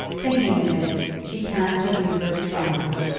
thinking of it, she cast her weepers from her,